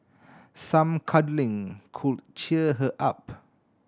some cuddling could cheer her up